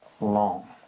long